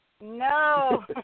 No